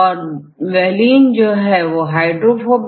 किंतु valine hydrophobic है